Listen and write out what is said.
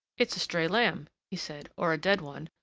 it's a stray lamb, he said, or a dead one,